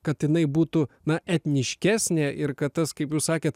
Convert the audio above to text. kad jinai būtų na etniškesnė ir kad tas kaip jūs sakėt